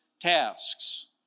tasks